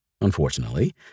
unfortunately